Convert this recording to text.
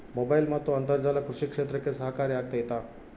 Mobile ಮತ್ತು ಅಂತರ್ಜಾಲ ಕೃಷಿ ಕ್ಷೇತ್ರಕ್ಕೆ ಸಹಕಾರಿ ಆಗ್ತೈತಾ?